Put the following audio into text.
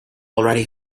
already